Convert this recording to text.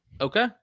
Okay